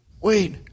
Wait